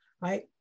right